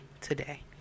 today